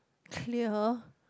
clear